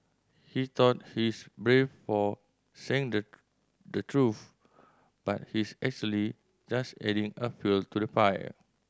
he thought he's brave for saying the the truth but he's actually just adding a fuel to the fire